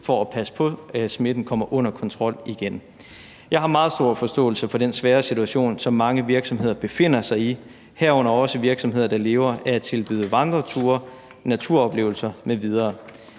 for at passe på, at smitten kommer under kontrol igen. Jeg har meget stor forståelse for den svære situation, som mange virksomheder befinder sig i, herunder også virksomheder, der lever af at tilbyde vandreture, naturoplevelser m.v.